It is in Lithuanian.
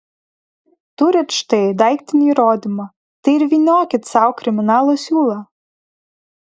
turit štai daiktinį įrodymą tai ir vyniokit sau kriminalo siūlą